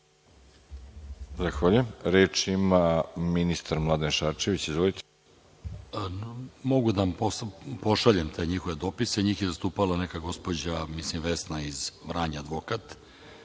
Zahvaljujem. Reč ima ministar Mladen Šarčević. Izvolite. **Mladen Šarčević** Mogu da vam pošaljem te njihove dopise. Njih je zastupala neka gospođa, mislim, Vesna iz Vranja, advokat.